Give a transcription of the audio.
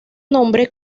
nombre